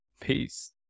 peace